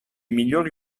migliori